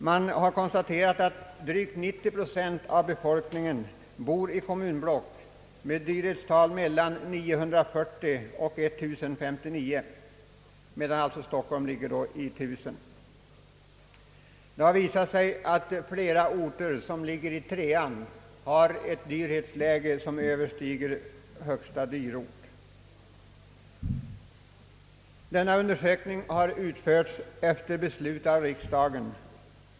Man har funnit att drygt 90 procent av befolkningen bor i kommunblock med dyrhetstal mellan 940 och 1059. Det har också visat sig att flera orter i tredje ortsgruppen har ett kostnadsläge som överstiger kostnaderna i högsta dyrort. Utredningen visar klart, att skäl för en dyrortsgruppering inte längre föreligger. Denna undersökning har verkställts efter beslut av riksdagen.